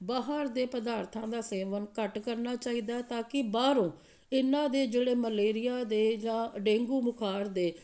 ਬਾਹਰ ਦੇ ਪਦਾਰਥਾਂ ਦਾ ਸੇਵਨ ਘੱਟ ਕਰਨਾ ਚਾਹੀਦਾ ਤਾਂ ਕਿ ਬਾਹਰੋਂ ਇਹਨਾਂ ਦੇ ਜਿਹੜੇ ਮਲੇਰੀਆ ਦੇ ਜਾਂ ਡੇਂਗੂ ਬੁਖਾਰ ਦੇ